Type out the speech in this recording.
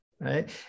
right